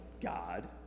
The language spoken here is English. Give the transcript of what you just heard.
God